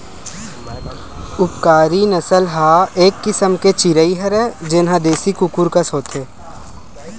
उपकारी नसल ह एक किसम के चिरई हरय जेन ह देसी कुकरा कस होथे